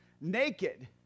naked